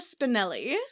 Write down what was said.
Spinelli